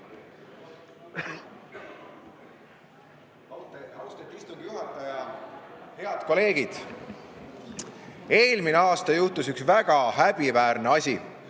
Aitäh! Austatud istungi juhataja! Head kolleegid! Eelmine aasta juhtus üks väga häbiväärne asi: